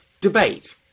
debate